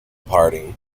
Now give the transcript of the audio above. party